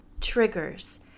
Triggers